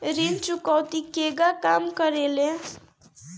ऋण चुकौती केगा काम करेले?